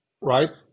right